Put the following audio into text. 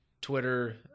Twitter